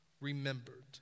remembered